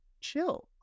chill